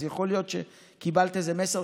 אז יכול להיות שקיבלת איזה מסר,